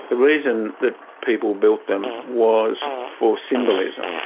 reason that people built them was for symbolism.